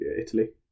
Italy